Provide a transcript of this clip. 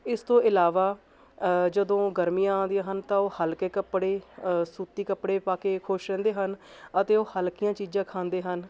ਇਸ ਤੋਂ ਇਲਾਵਾ ਜਦੋਂ ਗਰਮੀਆਂ ਆਉਂਦੀਆਂ ਹਨ ਤਾਂ ਉਹ ਹਲਕੇ ਕੱਪੜੇ ਸੂਤੀ ਕੱਪੜੇ ਪਾ ਕੇ ਖੁਸ਼ ਰਹਿੰਦੇ ਹਨ ਅਤੇ ਉਹ ਹਲਕੀਆਂ ਚੀਜ਼ਾਂ ਖਾਂਦੇ ਹਨ